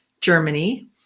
Germany